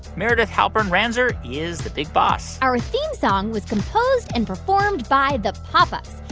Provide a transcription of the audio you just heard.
meredith halpern-ranzer is the big boss our theme song was composed and performed by the pop ups.